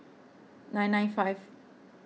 nine nine five